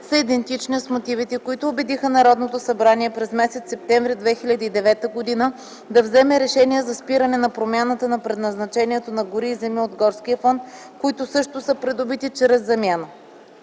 са идентични с мотивите, които убедиха Народното събрание през м. септември 2009 г. да вземе решение за спиране на промяната на предназначението на гори и земи от горския фонд, които също са придобити чрез замяна.